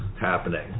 happening